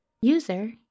User